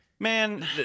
Man